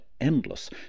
endless